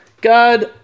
God